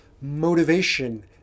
motivation